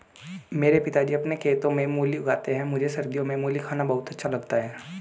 मेरे पिताजी अपने खेतों में मूली उगाते हैं मुझे सर्दियों में मूली खाना बहुत अच्छा लगता है